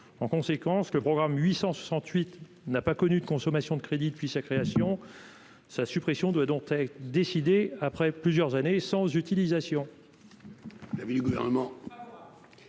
en conséquence que programme 868 n'a pas connu de consommation de crédit depuis sa création, sa suppression doit dont être décidé après plusieurs années sans utilisation.